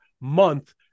month